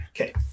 Okay